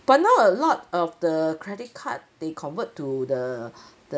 but now a lot of the credit card they convert to the